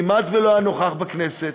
כמעט לא היה נוכח בכנסת,